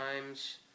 times